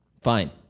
fine